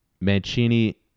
mancini